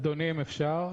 אדוני, אפשר?